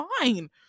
fine